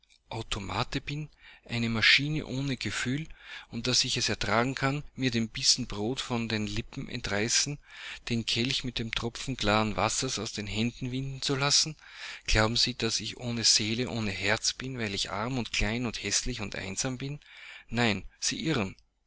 bin eine maschine ohne gefühl und daß ich es ertragen kann mir den bissen brot von den lippen entreißen den kelch mit dem tropfen klaren wassers aus den händen winden zu lassen glauben sie daß ich ohne seele ohne herz bin weil ich arm und klein und häßlich und einsam bin nein sie irren